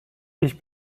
ich